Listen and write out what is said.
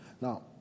Now